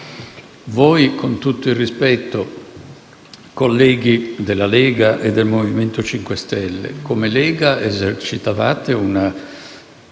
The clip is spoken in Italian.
Voi, con tutto il rispetto, colleghi della Lega e del Movimento 5 Stelle, come Lega esercitavate una